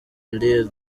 lil